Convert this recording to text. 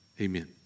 Amen